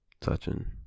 touching